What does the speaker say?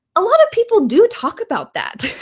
a lot of people do talk about that.